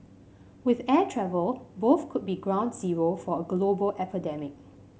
with air travel both could be ground zero for a global epidemic